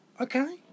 okay